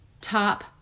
top